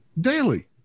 daily